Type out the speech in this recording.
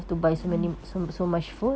mm